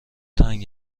تنگ